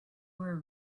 were